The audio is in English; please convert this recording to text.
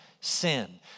sin